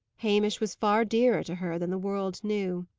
hamish was far dearer to her than the world knew.